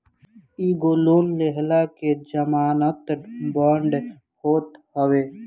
इ एगो लोन लेहला के जमानत बांड होत हवे